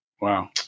Wow